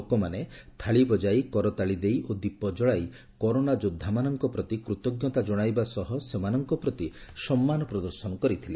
ଲୋକମାନେ ଥାଳି ବଙ୍ଗାଇ କରତାଳି ଦେଇ ଓ ଦୀପ ଜଳାଇ କରୋନା ଯୋଦ୍ଧାମାନଙ୍କ ପ୍ରତି କୃତଜ୍ଞତା ଜଣାଇବା ସହ ସେମାନଙ୍କ ପ୍ରତି ସମ୍ମାନ ପ୍ରଦର୍ଶନ କରିଥିଲେ